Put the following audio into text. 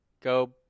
go